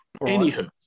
Anywho